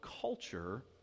culture